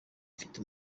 mfite